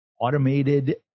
automated